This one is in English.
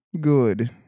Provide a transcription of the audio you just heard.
Good